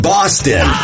Boston